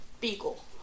Beagle